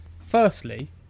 Firstly